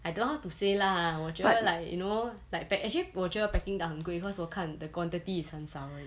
I don't know how to say lah 我觉得 like you know like pek~ actually 我觉得 peking duck 很贵 cause 我看 the quantity is 很少而已